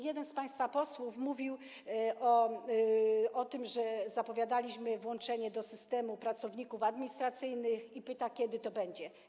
Jeden z państwa posłów mówił o tym, że zapowiadaliśmy włączenie do systemu pracowników administracyjnych, i pytał, kiedy to będzie.